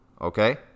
Okay